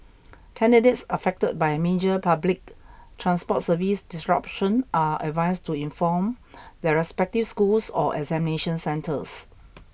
candidates affected by major public transport service disruption are advised to inform their respective schools or examination centres